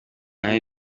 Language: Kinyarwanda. aya